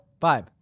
Five